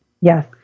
Yes